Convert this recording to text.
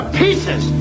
pieces